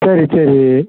சரி சரி